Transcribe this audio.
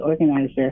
organizer